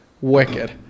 wicked